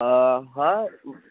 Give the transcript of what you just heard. हा हा